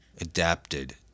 adapted